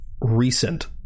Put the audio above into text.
recent